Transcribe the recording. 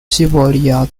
西伯利亚